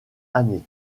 année